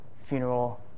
funeral